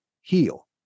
heal